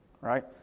right